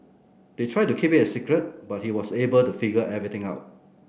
they tried to keep its a secret but he was able to figure everything out